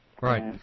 Right